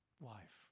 life